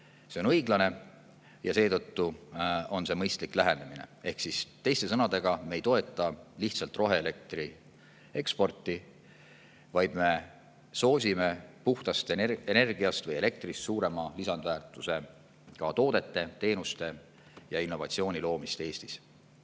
See on õiglane ja seetõttu on see mõistlik lähenemine. Ehk teiste sõnadega, me ei toeta lihtsalt roheelektri eksporti, vaid me soosime puhtast energiast või elektrist suurema lisandväärtusega toodete, teenuste ja innovatsiooni loomist Eestis.